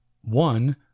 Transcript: One